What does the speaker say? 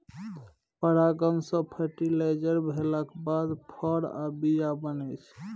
परागण सँ फर्टिलाइज भेलाक बाद फर आ बीया बनै छै